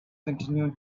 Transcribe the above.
continue